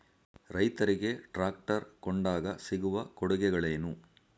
ರೈತರಿಗೆ ಟ್ರಾಕ್ಟರ್ ಕೊಂಡಾಗ ಸಿಗುವ ಕೊಡುಗೆಗಳೇನು?